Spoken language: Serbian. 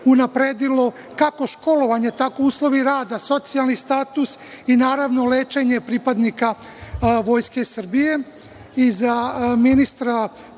unapredilo kako školovanje, tako uslovi rada, socijalni status i naravno, lečenje pripadnika Vojske Srbije.Za